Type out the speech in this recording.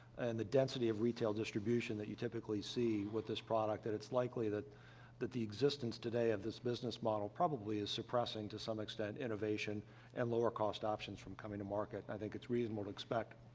and the density of retail distribution that you typically see with this product, that it's likely that that the existence today of this business model probably is suppressing, to some extent, innovation and lower-cost options from coming to market. and i think it's reasonable to expect, ah,